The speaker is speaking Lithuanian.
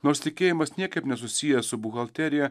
nors tikėjimas niekaip nesusijęs su buhalterija